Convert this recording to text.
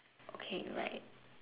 okay right